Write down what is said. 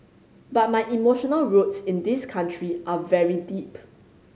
but my emotional roots in this country are very deep